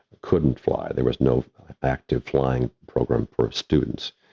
couldn't fly, there was no active flying program for students.